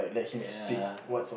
ya